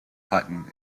hutton